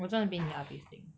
我真的比你 artistic